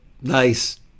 Nice